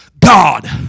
God